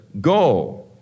Go